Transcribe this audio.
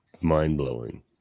mind-blowing